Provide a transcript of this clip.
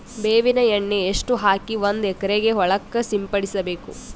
ಬೇವಿನ ಎಣ್ಣೆ ಎಷ್ಟು ಹಾಕಿ ಒಂದ ಎಕರೆಗೆ ಹೊಳಕ್ಕ ಸಿಂಪಡಸಬೇಕು?